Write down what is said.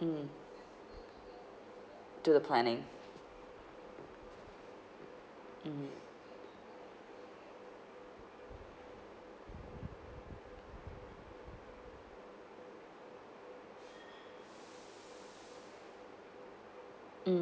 mm do the planning mm mm